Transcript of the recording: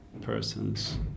persons